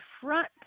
front